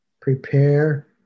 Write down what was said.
prepare